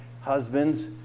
husbands